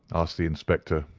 asked the inspector.